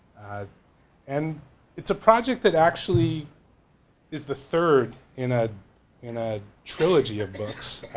ah and it's a project that actually is the third in ah in a trilogy of books